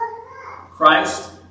Christ